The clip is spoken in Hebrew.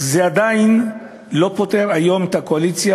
זה עדיין לא פוטר היום את הקואליציה